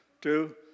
two